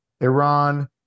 Iran